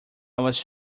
was